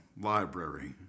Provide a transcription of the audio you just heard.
library